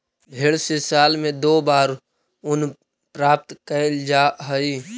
भेंड से साल में दो बार ऊन प्राप्त कैल जा हइ